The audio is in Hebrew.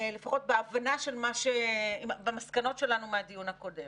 לפחות במסקנות שלנו מהדיון הקודם